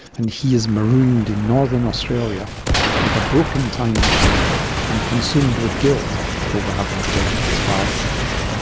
and he is marooned in northern australia with a broken time machine and consumed with guilt over having killed his father.